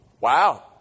wow